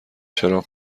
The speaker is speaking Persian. چراغ